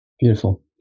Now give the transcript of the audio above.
Beautiful